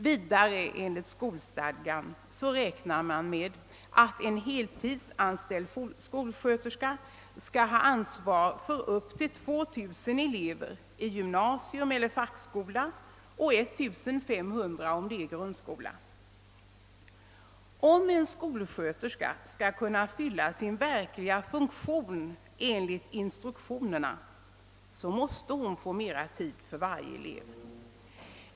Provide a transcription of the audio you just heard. Vidare räknar man enligt skolstadgan med att en heltidsanställd skolsköterska skall ha ansvar för upp till 2 0090 elever i gymnasium eller fackskola och 1500 i grundskola. Om en skolsköterska skall kunna fylla sin verkliga funktion enligt instruktionerna, måste hon få mera tid för varje elev.